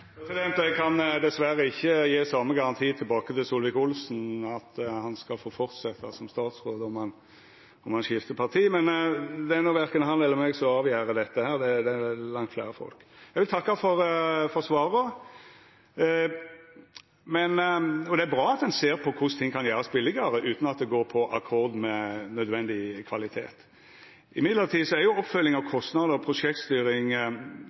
Eg kan dessverre ikkje gje den same garantien tilbake til Solvik-Olsen, at han skal få fortsetja som statsråd om han skifter parti, men det er verken han eller eg som avgjer dette, det er langt fleire folk. Eg vil takka for svara. Det er bra at ein ser på korleis ting kan gjerast billigare utan at ein går på akkord med nødvendig kvalitet. Likevel er oppfølging av kostnader og prosjektstyring